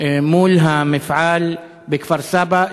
מול המפעל בכפר-סבא,